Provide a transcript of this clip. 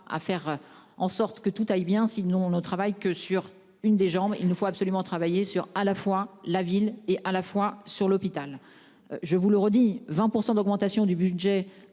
à faire en sorte que tout aille bien, sinon on ne travaille que sur une des jambes. Il nous faut absolument travailler sur à la fois la ville et à la fois sur l'hôpital. Je vous le redis, 20% d'augmentation du budget